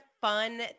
fun